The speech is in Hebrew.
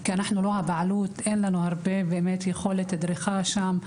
כי אנחנו לא הבעלות ואין לנו הרבה יכולת דריכה שם,